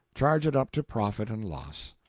charge it up to profit and loss.